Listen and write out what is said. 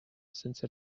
since